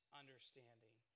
understanding